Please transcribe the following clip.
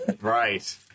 Right